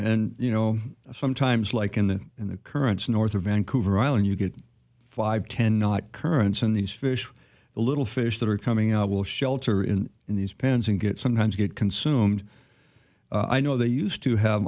and you know sometimes like in the in the currents north of vancouver island you get five ten not currents and these fish the little fish that are coming out will shelter in in these pens and get sometimes get consumed i know they used to have